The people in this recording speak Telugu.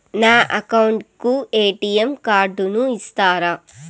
నా అకౌంట్ కు ఎ.టి.ఎం కార్డును ఇస్తారా